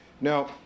Now